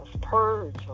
purge